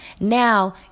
Now